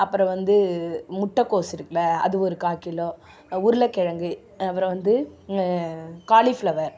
அப்புறம் வந்து முட்டைகோஸு இருக்குதுல்ல அது ஒரு கால் கிலோ உருளைக்கிழங்கு அப்புறம் வந்து காலிஃபிளவர்